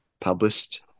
published